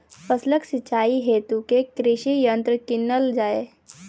फसलक सिंचाई हेतु केँ कृषि यंत्र कीनल जाए?